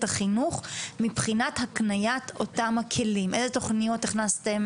החינוך מבחינת הקניית אותם הכלים - איזה תוכניות הכנסתם,